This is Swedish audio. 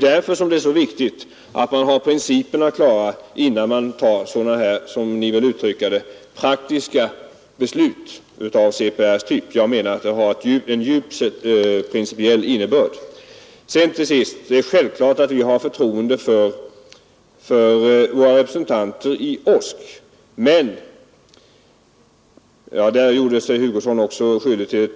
Därför är det så viktigt att man har principerna klara innan man fattar, som ni vill uttrycka det, ”praktiska beslut” av CPR:s typ. Jag menar att detta beslut har en djup principiell innebörd. Det är självklart att vi har förtroende för våra representanter i OSK. I det sammanhanget gjorde herr Hugosson sig skyldig till